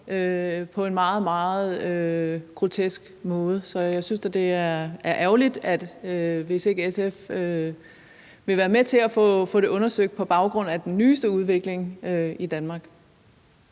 på en meget, meget grotesk måde. Så jeg synes da, det er ærgerligt, hvis ikke SF vil være med til at få det undersøgt på baggrund af den nyeste udvikling i Danmark.